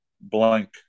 blank